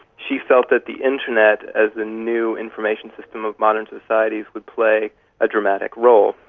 she felt that the internet as a new information system of modern societies would play a dramatic role.